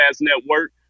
Network